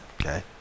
okay